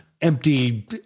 empty